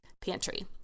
pantry